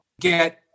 get